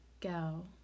go